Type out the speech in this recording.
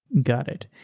got it.